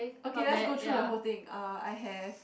okay lets go through the whole thing uh I have